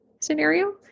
scenario